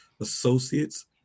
associates